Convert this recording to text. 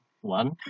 one